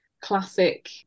classic